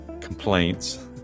complaints